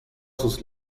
sus